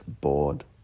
bored